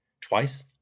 Twice